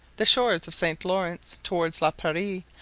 the shores of st. laurence, towards la prairie,